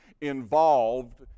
involved